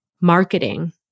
marketing